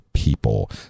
People